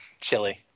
Chili